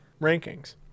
rankings